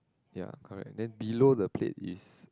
ya correct then below the plate is